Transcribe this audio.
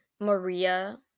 Maria